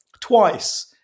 twice